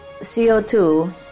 CO2